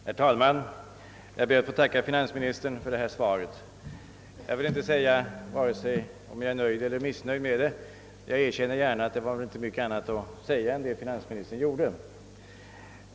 Herr talman! Jag ber att få tacka finansministern för svaret. Jag vill inte påstå vare sig att jag är nöjd eller missnöjd med svaret. Jag erkänner emellertid gärna att det väl inte var mycket annat att säga än det finansministern sagt.